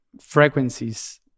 frequencies